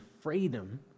freedom